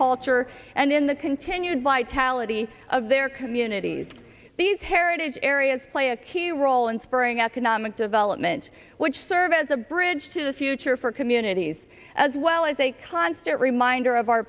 culture and in the continued vitality of their communities these heritage areas play a key role in spring out canonic development which serves as a bridge to the future for communities as well as a constant reminder of our